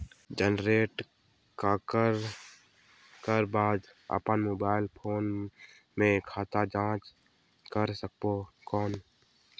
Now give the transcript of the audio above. Generate करक कर बाद अपन मोबाइल फोन मे खाता जांच कर सकबो कौन?